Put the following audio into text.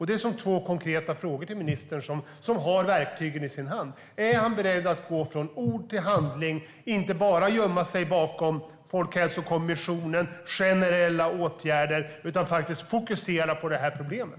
Det är två konkreta frågor till ministern, som har verktygen i sin hand. Är han beredd att gå från ord till handling och inte bara gömma sig bakom Folkhälsokommissionen och generella åtgärder? Är han beredd att faktiskt fokusera på problemet?